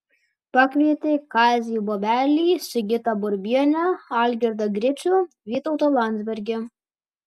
pakvietė kazį bobelį sigitą burbienę algirdą gricių vytautą landsbergį